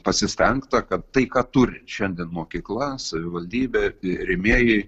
pasistengta kad tai ką turi šiandien mokykla savivaldybė rėmėjai